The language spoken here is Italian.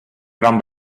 gran